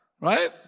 Right